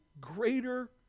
greater